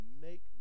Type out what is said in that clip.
make